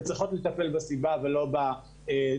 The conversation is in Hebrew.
וצריכים לטפל בסיבה ולא בתוצאה,